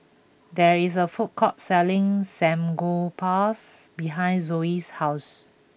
there is a food court selling Samgyeopsals behind Zoe's house